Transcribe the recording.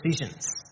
decisions